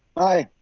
aye,